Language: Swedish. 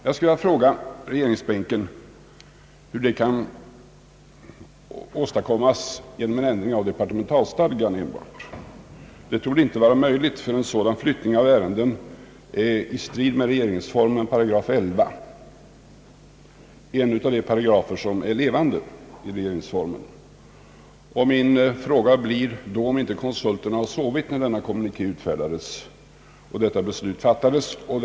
Jag skulle vilja fråga regeringsbänken, hur detta kan åstadkommas enbart genom en ändring av departementalstadgan. Det iorde inte vara möjligt att genomföra en sådan överflyttning av ärenden i strid mot § 11 regeringsformen — det är ju en av de paragrafer i regeringsformen som är levande. Min fråga blir då, om inte vederbörande konsulter har sovit när denna kommuniké utfärdades och detta beslut fatta des.